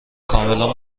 کاملا